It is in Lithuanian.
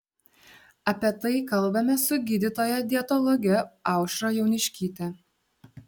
apie tai kalbamės su gydytoja dietologe aušra jauniškyte